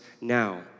now